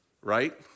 right